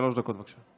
שלוש דקות, בבקשה.